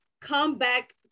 comeback